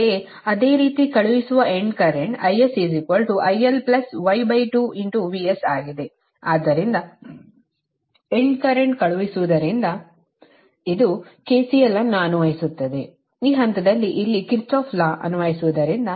ಅಂತೆಯೇ ಅದೇ ರೀತಿ ಕಳುಹಿಸುವ end current IS IL Y2 VS ಆಗಿದೆ ಆದ್ದರಿಂದ ಎಂಡ್ ಕರೆಂಟ್ ಕಳುಹಿಸುವುದರಿಂದ ಇದು KCL ಅನ್ನು ಅನ್ವಯಿಸುತ್ತದೆ ಈ ಹಂತದಲ್ಲಿ ಇಲ್ಲಿ ಕಿರ್ಚಾಪ್ಸ್ ಲಾKirchoffs law ಅನ್ವಯಿಸುವುದರಿಂದ